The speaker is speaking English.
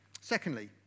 Secondly